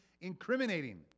incriminating